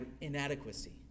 inadequacy